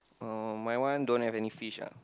uh my one don't have any fish ah